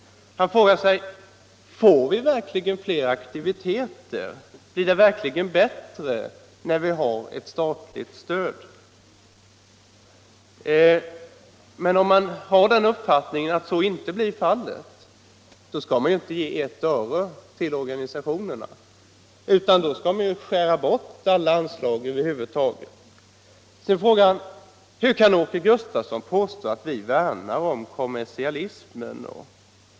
Han frågar sig: Får vi verkligen fler aktiviteter, blir det verkligen bättre. med ett statligt stöd? Om man har uppfattningen att så inte är fallet, skall man naturligtvis inte ge ett öre till organisationerna. Då skall man 1 stället skära bort hela anslaget. Sedan frågade herr Nilsson i Agnäs: Hur kan Åke Gustavsson påstå att vi värnar om kommersialismen?